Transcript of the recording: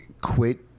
quit